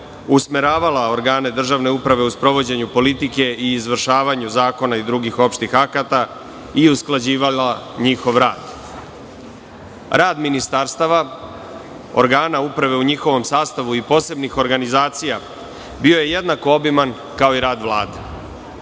usmeravala organe državne uprave u sprovođenju politike i izvršavanju zakona i drugih opštih akata i usklađivala njihov rad. Rad ministarstava, organa uprave u njihovom sastavu i posebnih organizacija bio je jednako obiman kao i rad Vlade.